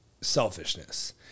selfishness